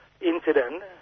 incident